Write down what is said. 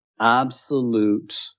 absolute